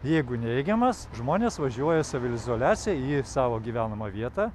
jeigu neigiamas žmonės važiuoja saviizoliacijai į savo gyvenamą vietą